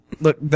Look